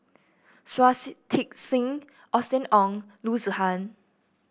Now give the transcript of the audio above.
Shui Tit Sing Austen Ong Loo Zihan